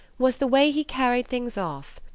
was the way he carried things off.